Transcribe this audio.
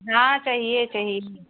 हाँ चाहिए चाहिए